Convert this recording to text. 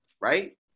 Right